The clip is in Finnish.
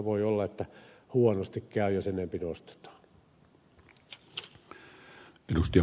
voi olla että huonosti käy jos enempi nostetaan